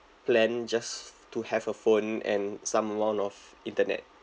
plan just to have a phone and some amount of internet